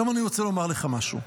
אני רוצה לומר לך משהו.